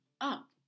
up